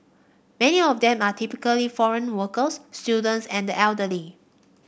many of them are typically foreign workers students and the elderly